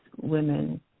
women